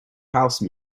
house